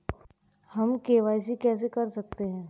हम के.वाई.सी कैसे कर सकते हैं?